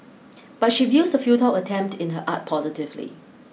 but she views the futile attempt in her art positively